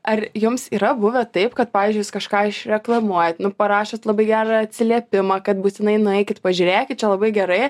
ar jums yra buvę taip kad pavyzdžiui jūs kažką išreklamuojat nu parašot labai gerą atsiliepimą kad būtinai nueikit pažiūrėkit čia labai gerai